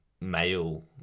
male